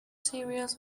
cereals